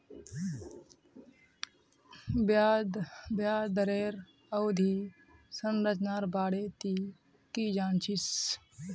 ब्याज दरेर अवधि संरचनार बारे तुइ की जान छि